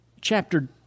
chapter